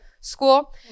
school